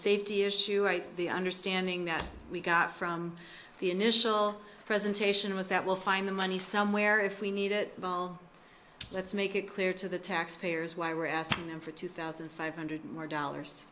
safety issue i think the understanding that we got from the initial presentation was that will find the money somewhere if we need it let's make it clear to the taxpayers why we're asking them for two thousand five hundred more dollars